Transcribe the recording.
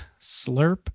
Slurp